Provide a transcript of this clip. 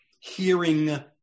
hearing